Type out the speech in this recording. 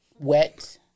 Wet